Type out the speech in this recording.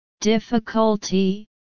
Difficulty